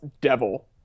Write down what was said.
devil